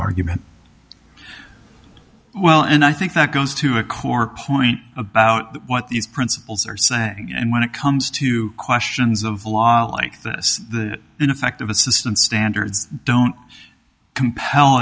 argument well and i think that goes to a core point about what these principals are saying and when it comes to questions of law like this ineffective assistance standards don't compel